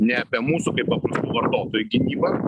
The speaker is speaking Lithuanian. ne apie mūsų kaip paprastų vartotojų gynybą